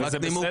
זה בסדר